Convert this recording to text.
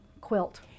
quilt